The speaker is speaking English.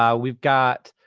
yeah we've got